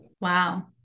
Wow